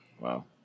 Wow